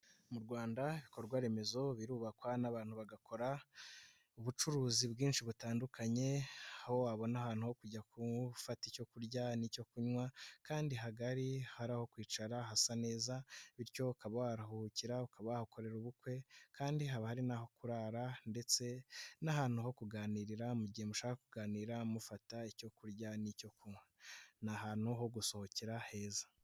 Mu Rwanda ibikorwa remezo birubakwa n'abantu bagakora, ubucuruzi bwinshi butandukanye. Aho wabona ahantu ho kujya gufata icyo kurya n'icyo kunywa kandi hagari, aho kwicara hasa neza bityo ukaba waharuhukira ukaba wahakorera ubukwe kandi haba hari naho kurara ndetse n'ahantu ho kuganirira mu gihe mushaka kuganira mufata icyo kurya n'icyo kunywa. Ni ahantu ho gusohokera heza.